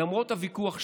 למרות הוויכוח שיש,